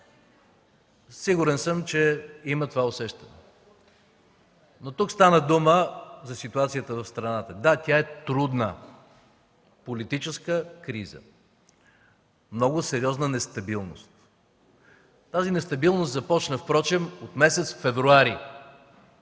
Сигурен съм, че имат това усещане. Но тук стана дума за ситуацията в страната. Да, тя е трудна – политическа криза, много сериозна нестабилност. Тази нестабилност започна впрочем от месец февруари